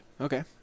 Okay